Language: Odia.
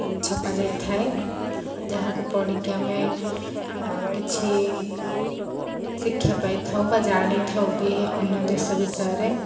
ଛପା ଯାଇଥାଏ ଯାହାକୁ ପଢ଼ିକି ଆମେ କିଛି ଶିକ୍ଷା ପାଇଥାଉ ବା ଜାଣିଥାଉ ବି ଅନ୍ୟ ଦେଶ ବିଷୟରେ